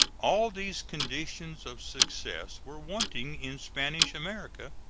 all these conditions of success were wanting in spanish america,